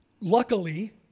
Luckily